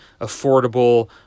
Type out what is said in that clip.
affordable